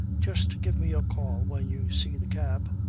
just give me a call when you see the cab.